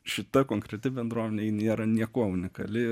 šita konkreti bendruomenė ji nėra niekuo unikali